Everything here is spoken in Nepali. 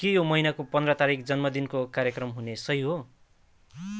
के यो महिनाको पन्ध्र तारिक जन्मदिनको कार्यक्रम हुने सही हो